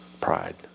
Pride